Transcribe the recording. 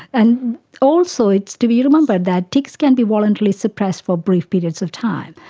and also it's to be remembered that tics can be voluntarily suppressed for brief periods of time.